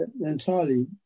entirely